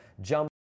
jump